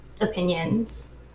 opinions